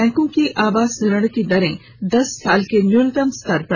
बैंकों की आवास ऋण की दरें दस साल के न्यूनतम स्तर पर